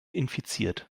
infiziert